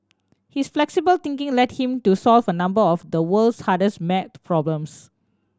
his flexible thinking led him to solve a number of the world's hardest maths problems